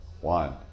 one